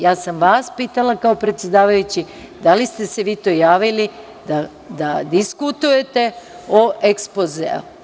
Ja sam vas pitala, kao predsedavajući, da li ste se vi to javili da diskutujete o ekspozeu.